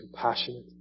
compassionate